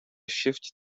shift